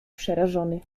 przerażony